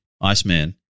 Iceman